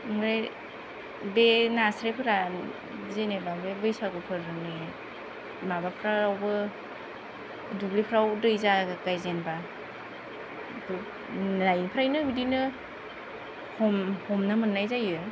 ओमफ्राय बे नास्रायफोरा जेनेबा बे बैसागु फोरबोनि माबाफ्रावबो दुब्लिफ्राव दै जागायजेनबा फ्रायनो बिदिनो ओम हमनो मोननाय जायो